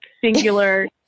singular